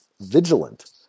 vigilant